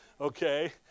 Okay